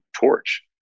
Torch